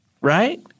right